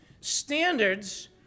Standards